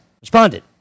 responded